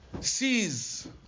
sees